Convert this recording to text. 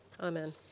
Amen